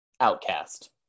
outcast